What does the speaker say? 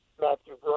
Matthew